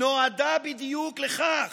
נועדה בדיוק לכך.